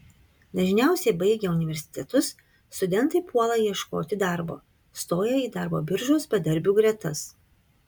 dažniausiai baigę universitetus studentai puola ieškoti darbo stoja į darbo biržos bedarbių gretas